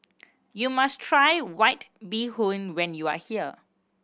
you must try White Bee Hoon when you are here